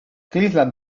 cleveland